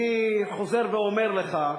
אני חוזר ואומר לך: